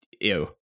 ew